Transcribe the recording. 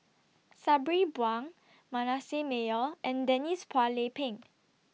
Sabri Buang Manasseh Meyer and Denise Phua Lay Peng